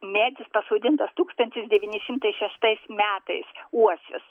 medis pasodintas tūkstantis devyni šimtai šeštais metais uosis